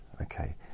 Okay